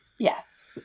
Yes